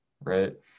right